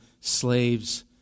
slaves